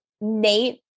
Nate